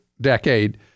decade